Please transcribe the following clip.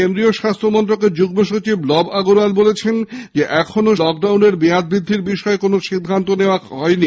কেন্দ্রীয় স্বাস্হ্যমন্ত্রকের যুগ্ম সচিব লব আগরওয়াল অবশ্য বলেছেন এখনও সরকার লকডাউনের মেয়াদ বৃদ্ধির বিষয়ে কোনো সিদ্ধান্ত নেয়নি